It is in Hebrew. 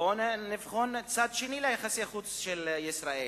בואו נבחן צד שני ביחסי החוץ של ישראל,